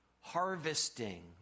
harvesting